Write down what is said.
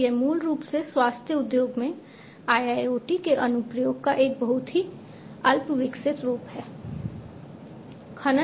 तो यह मूल रूप से स्वास्थ्य उद्योग में IIoT के अनुप्रयोग का एक बहुत ही अल्पविकसित रूप है